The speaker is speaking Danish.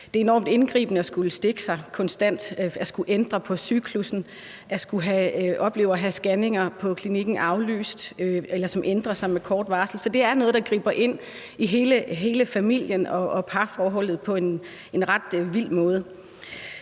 Det er enormt indgribende at skulle stikke sig konstant, at skulle ændre på cyklussen, at skulle opleve at have scanninger på klinikken aflyst, eller hvor det ændrer sig med kort varsel. Så det er noget, der griber ind i hele familien og parforholdet på en ret vild måde,